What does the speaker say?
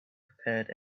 prepared